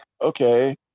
okay